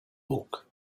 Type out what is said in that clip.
book